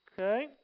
okay